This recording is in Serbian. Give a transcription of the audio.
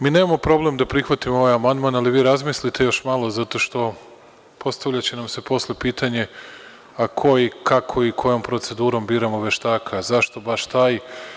Mi nemamo problem da prihvatimo ovaj amandman, ali vi razmislite još malo zato što postavlja će nam se posle pitanje – ko, kako i kojom procedurom biramo veštaka, zašto baš taj.